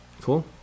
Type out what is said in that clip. Cool